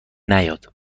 نیاد